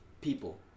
people